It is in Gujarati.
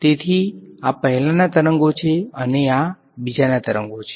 તેથી આ પહેલા ના તરંગો છે અને આ બીજા ના તરંગો છે